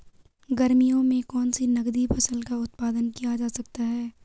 गर्मियों में कौन सी नगदी फसल का उत्पादन किया जा सकता है?